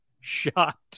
shot